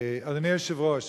אדוני היושב-ראש,